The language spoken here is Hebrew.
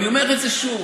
אני אומר את זה שוב,